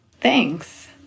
Thanks